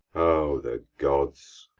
o the gods!